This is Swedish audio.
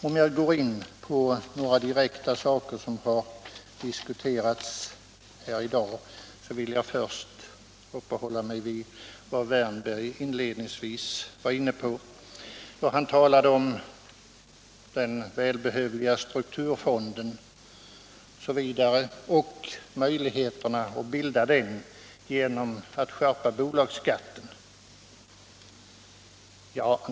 Om jag skall gå in på några saker som har diskuterats här i dag vill jag först uppehålla mig vid vad herr Wärnberg inledningsvis var inne på, då han talade om den välbehövliga strukturfonden och möjligheterna att bilda den genom att skärpa bolagsskatten.